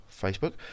Facebook